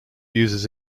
uses